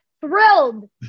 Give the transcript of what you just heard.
thrilled